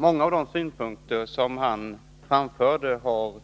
Många av de synpunkter som han framförde har